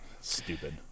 stupid